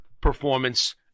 Performance